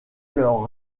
leur